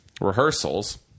rehearsals